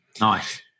Nice